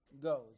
goes